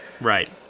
right